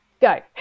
go